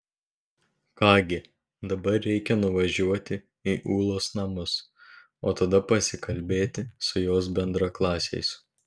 ką gi dabar reikia nuvažiuoti į ūlos namus o tada pasikalbėti su jos bendraklasiais